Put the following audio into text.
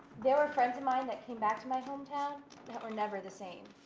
there were friends of mine that came back to my hometown that were never the same.